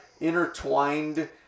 intertwined